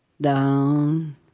down